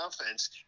offense